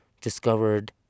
discovered